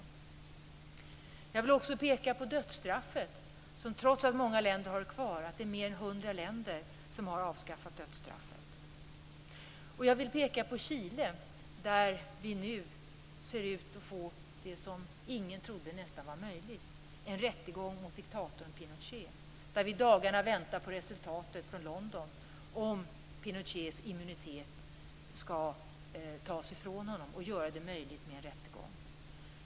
Jag vill också peka på dödsstraffet. Trots att många länder har det kvar har fler än hundra länder avskaffat dödsstraffet. Jag vill peka på Chile där vi nu ser ut att få det som nästan ingen trodde var möjligt: en rättegång mot diktator Pinochet. I dagarna väntar vi på besked från London om Pinochets immunitet skall tas ifrån honom, vilket gör det möjligt för en rättegång.